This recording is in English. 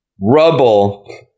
Rubble